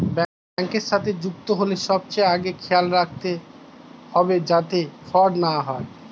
ব্যাংকের সাথে যুক্ত হল সবচেয়ে আগে খেয়াল রাখবে যাতে ফ্রড না হয়